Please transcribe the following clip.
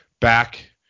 Back